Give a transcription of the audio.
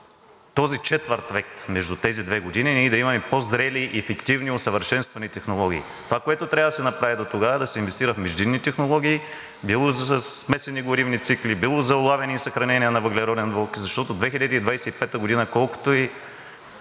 този четвърт век между тези две години ние да имаме по-зрели, ефективни и усъвършенствани технологии. Това, което трябва да се направи дотогава, е да се инвестират междинни технологии – било за смесени горивни цикли, било за улавяне и съхранение на въглероден двуокис, защото през 2025 г. колкото и